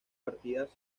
partidas